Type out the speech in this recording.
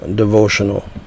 Devotional